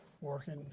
working